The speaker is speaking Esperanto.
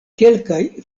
kelkaj